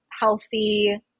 healthy